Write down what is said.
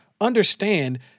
understand